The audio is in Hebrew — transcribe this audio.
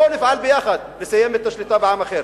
בואו נפעל יחד לסיים את השליטה בעם אחר.